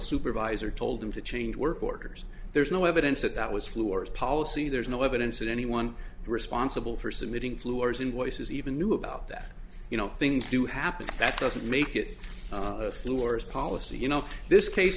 supervisor told him to change work orders there's no evidence that that was floors policy there's no evidence that anyone responsible for submitting floors invoices even knew about that you know things do happen that doesn't make it floors policy you know this case